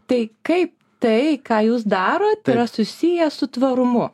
tai kaip tai ką jūs darot yra susiję su tvarumu